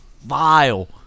vile